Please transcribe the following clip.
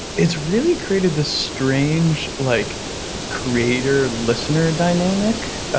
it's really created this strange, like creator listener dynamic.